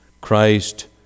Christ